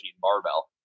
barbell